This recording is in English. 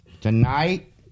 Tonight